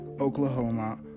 Oklahoma